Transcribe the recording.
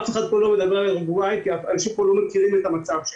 אף אחד פה לא מדבר על אורוגוואי כי אנשים פה לא מכירים את המצב שם.